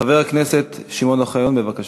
חבר הכנסת שמעון אוחיון, בבקשה.